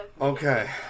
Okay